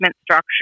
structure